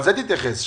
תתייחס לזה.